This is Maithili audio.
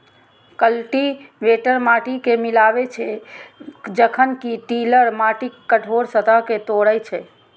कल्टीवेटर माटि कें मिलाबै छै, जखन कि टिलर माटिक कठोर सतह कें तोड़ै छै